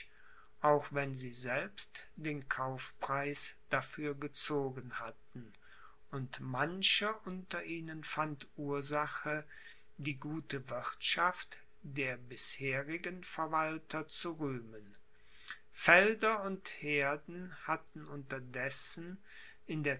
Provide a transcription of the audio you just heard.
auch wenn sie selbst den kaufpreis dafür gezogen hatten und mancher unter ihnen fand ursache die gute wirthschaft der bisherigen verwalter zu rühmen felder und heerden hatten unterdessen